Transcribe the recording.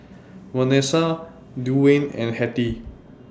Vanesa Duwayne and Hettie